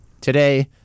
today